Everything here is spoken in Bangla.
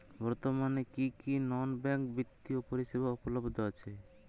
বর্তমানে কী কী নন ব্যাঙ্ক বিত্তীয় পরিষেবা উপলব্ধ আছে?